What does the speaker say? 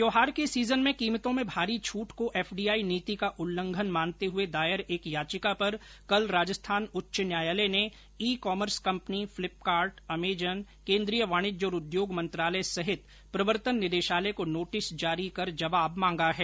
त्यौहार के सीजन में कीमतों में भारी छट को एफडीआइ नीति का उल्लंघन मानते हुए दायर एक याचिका पर कल राजस्थान उच्च न्यायालय ने e commerce company Flipkart Amazon केंद्रीय वाणिज्य और उद्योग मंत्रालय सहित प्रवर्तन निदेशालय को नोटिस जारी कर जवाब मांगा है